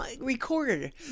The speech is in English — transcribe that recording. recorded